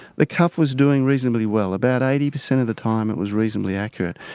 the cuff was doing reasonably well. about eighty percent of the time it was reasonably accurate.